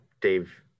Dave